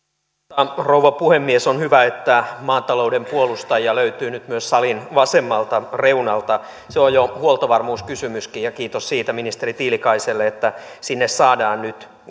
arvoisa rouva puhemies on hyvä että maatalouden puolustajia löytyy nyt myös salin vasemmalta reunalta se on jo huoltovarmuuskysymyskin ja kiitos siitä ministeri tiilikaiselle että sinne saadaan nyt